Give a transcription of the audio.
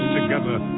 together